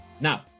Now